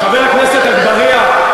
חבר הכנסת אגבאריה,